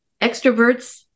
extroverts